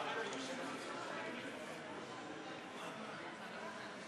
ליושב-ראש ועדת הקלפי,